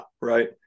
Right